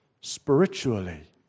spiritually